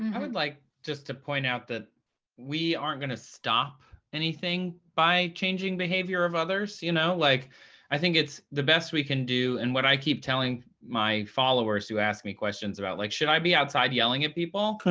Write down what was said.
i would like just to point out that we aren't going to stop anything by changing behavior of others, you know? like i think the best we can do, and what i keep telling my followers who ask me questions about, like, should i be outside yelling at people?